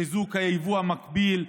וחיזוק היבוא המקביל.